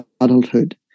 adulthood